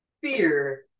fear